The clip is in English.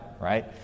right